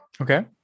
Okay